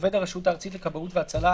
עובד הרשות הארצית לכבאות והצלה,